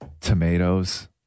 Tomatoes